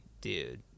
dude